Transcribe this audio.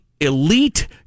elite